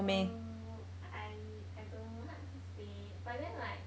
um I I don't know hard to say but then like